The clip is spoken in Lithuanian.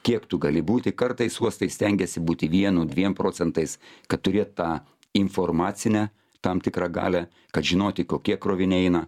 kiek tu gali būti kartais uostai stengiasi būti vienu dviem procentais kad turėt tą informacinę tam tikrą galią kad žinoti kokie kroviniai eina